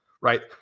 right